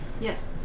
Yes